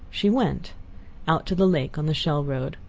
she went out to the lake, on the shell road.